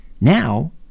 now